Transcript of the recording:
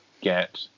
get